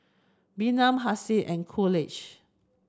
Bynum Hassie and Coolidge